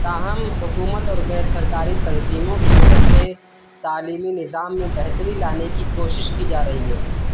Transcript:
تاہم حکومت اور غیر سرکاری تنظیموں کی مدد سے تعلیمی نظام میں بہتری لانے کی کوشش کی جا رہی ہے